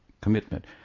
commitment